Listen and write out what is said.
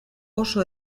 oso